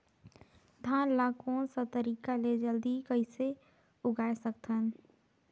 धान ला कोन सा तरीका ले जल्दी कइसे उगाय सकथन?